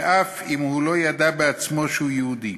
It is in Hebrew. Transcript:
ואף אם הוא לא ידע בעצמו שהוא יהודי.